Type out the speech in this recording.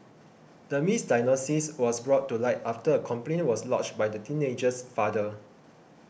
the misdiagnosis was brought to light after a complaint was lodged by the teenager's father